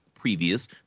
previous